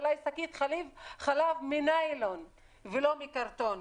אולי שקית חלב מניילון ולא מקרטון,